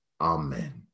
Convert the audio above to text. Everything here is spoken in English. Amen